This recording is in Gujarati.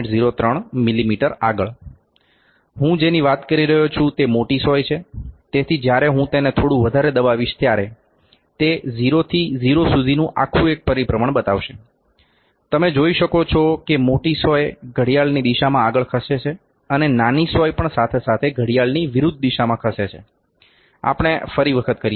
03 મિલી મીટર આગળ હું જેની વાત કરી રહ્યો છું તે મોટી સોય છે તેથી જ્યારે હું તેને થોડું વધારે દબાવીશ ત્યારે તે 0 થી 0 સુધીનું એક આખું પરિભ્રમણ બનાવશે તમે જોઈ શકો છો કે મોટી સોય ઘડિયાળની દિશામાં આગળ ખસે છે અને નાની સોય પણ સાથે સાથે ઘડિયાળની વિરુદ્ધ દિશામાં ખસે છે આપણે ફરી વખત કરીએ